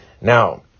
Now